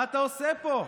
מה אתה עושה פה?